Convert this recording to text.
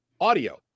audio